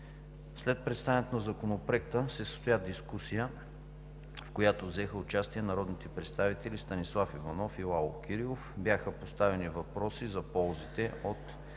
След представянето на Законопроекта се състоя дискусия, в която взеха участие народните представители Станислав Иванов и Лало Кирилов. Бяха поставени въпроси за ползите от